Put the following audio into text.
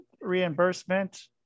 reimbursement